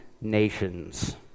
nations